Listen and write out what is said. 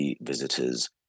visitors